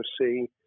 see